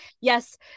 yes